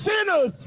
sinners